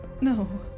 No